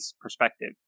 perspective